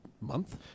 month